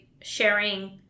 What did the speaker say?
sharing